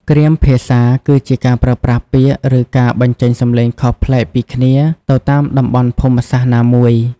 គ្រាមភាសាគឺជាការប្រើប្រាស់ពាក្យ ឬការបញ្ចេញសំឡេងខុសប្លែកពីគ្នាទៅតាមតំបន់ភូមិសាស្ត្រណាមួយ។